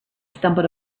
stumbled